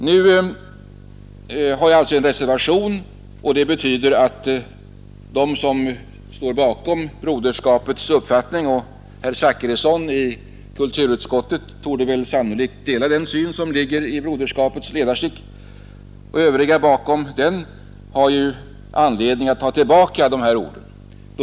Nu har jag alltså avgivit en reservation. Det betyder att de som står bakom tidningen Broderskaps uppfattning — och herr Zachrisson i kulturutskottet torde dela den syn som redovisas i ledarsticket — har anledning att ta tillbaka dessa ord.